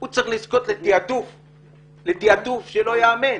הוא צריך לזכות לתעדוף שלא ייאמן.